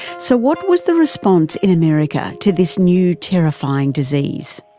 so what was the response in america to this new terrifying disease?